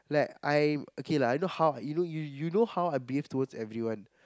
like I'm okay lah I know how you know you you know how I behave towards everyone